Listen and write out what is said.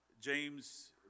James